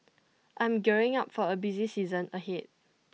I am gearing up for A busy season ahead